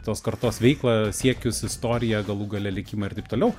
tos kartos veiklą siekius istoriją galų gale likimą ir taip toliau